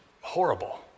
horrible